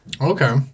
Okay